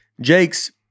Jake's –